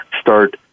start